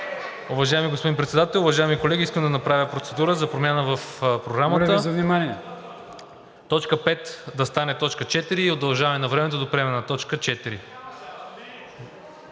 Уважаеми господин Председател, уважаеми колеги, искам да направя процедура за промяна в Програмата. Точка 5 да стане т. 4 и удължаване на времето до приемане на т. 4.